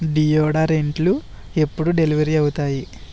డియోడరెంట్లు ఎప్పుడు డెలివరీ అవుతాయి